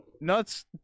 nuts